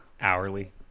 Hourly